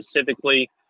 specifically